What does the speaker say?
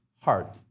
heart